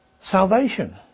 salvation